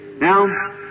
Now